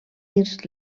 dins